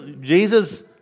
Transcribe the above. Jesus